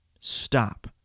Stop